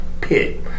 pit